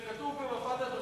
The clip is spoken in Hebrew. זה כתוב במפת הדרכים,